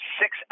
six